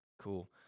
Cool